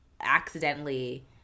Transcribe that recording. accidentally